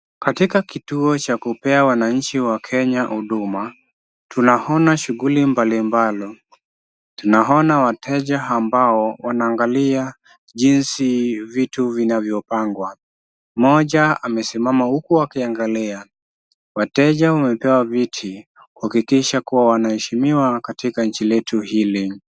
Katika kituo cha kupea wananchi wa Kenya huduma, tunaona shughuli mbalimbali. Tunaona wateja ambao wanaangalia jinsi vitu vinavyopangwa. Mmoja amesimama huku akiangalia. Wateja wamepewa viti kuhakikisha kuwa wanaheshimiwa katika nchi letu hili.